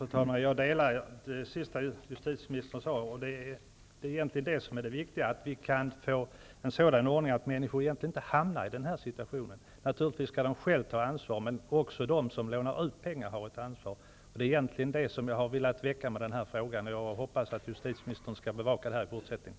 Fru talman! Jag håller med om det sista som justitieministern sade. Det är egentligen det som är det viktiga, nämligen att vi kan få en sådan ordning att människor inte hamnar i denna situation. Naturligtvis skall de själva ta ansvar, men även de som lånar ut pengar har ett ansvar. Det är egentligen detta som jag har velat peka på genom att ställa denna fråga, och jag hoppas att justitieministern skall bevaka detta i fortsättningen.